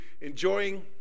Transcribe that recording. enjoying